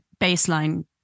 baseline